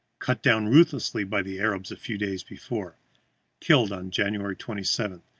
cut down ruthlessly by the arabs a few days before killed on january twenty seven,